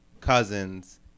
Cousins